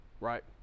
right